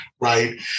right